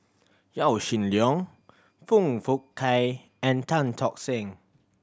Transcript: Yaw Shin Leong Foong Fook Kay and Tan Tock Seng